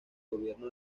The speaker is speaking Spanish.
gobierno